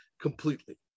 completely